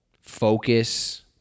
focus